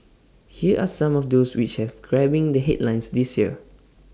here are some of those which have grabbing the headlines this year